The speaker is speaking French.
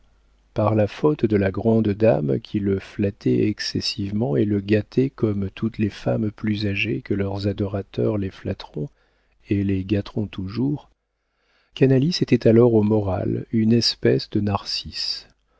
par la faute de la grande dame qui le flattait excessivement et le gâtait comme toutes les femmes plus âgées que leurs adorateurs les flatteront et les gâteront toujours canalis était alors au moral une espèce de narcisse